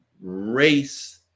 race